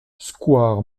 square